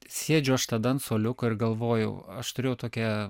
sėdžiu aš tada ant suoliuko ir galvojau aš turėjau tokią